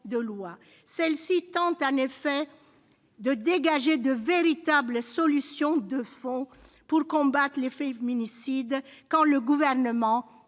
de loi. Celle-ci dégage en effet de véritables solutions de fond pour combattre les féminicides, quand le Gouvernement